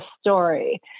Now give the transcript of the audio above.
story